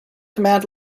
command